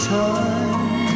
time